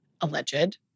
alleged